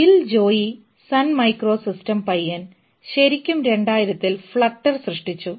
Bill Joy Sun Micro System പയ്യൻ ശരിക്കും 2000 ൽ flutter സൃഷ്ടിച്ചു